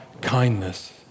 kindness